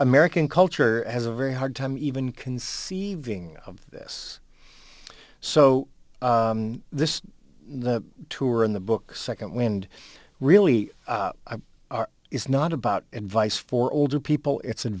american culture has a very hard time even conceiving of this so this tour in the book second wind really is not about advice for older people it's a